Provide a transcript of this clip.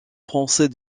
français